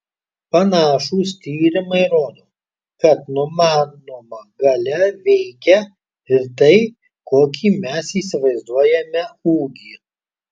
panašūs tyrimai rodo kad numanoma galia veikia ir tai kokį mes įsivaizduojame ūgį